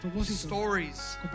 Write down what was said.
stories